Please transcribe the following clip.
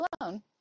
alone